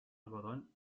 algodón